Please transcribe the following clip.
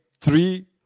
three